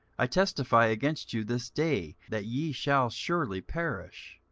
i testify against you this day that ye shall surely perish.